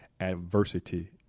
adversity